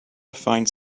finds